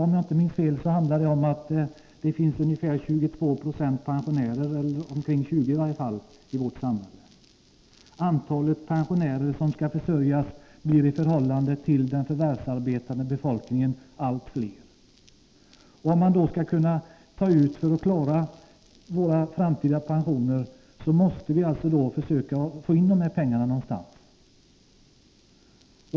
Om jag inte minns fel finns det omkring 20 26 pensionärer i vårt samhälle. Antalet pensionärer som skall försörjas blir i förhållande till den förvärvsarbetande befolkningen allt större. Om vi då skall kunna klara våra framtida pensioner, måste vi försöka få in dessa pengar någonstans.